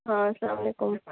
ہاں السّلام علیکم